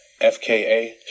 FKA